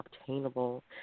obtainable